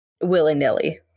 willy-nilly